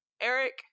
eric